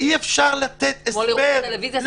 אתמול הראו בטלוויזיה סמויים.